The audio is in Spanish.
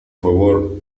favor